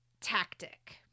tactic